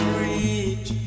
reach